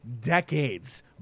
decades